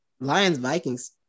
Lions-Vikings